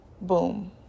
boom